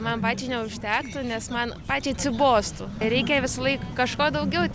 man pačiai neužtektų nes man pačiai atsibostų reikia visąlaik kažko daugiau